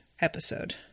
episode